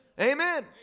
Amen